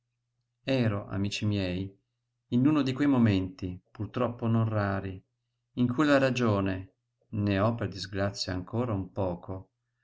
ero amici miei in uno di quei momenti purtroppo non rari in cui la ragione ne ho per disgrazia ancora un poco